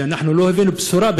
שאנחנו לא הבאנו בשורה,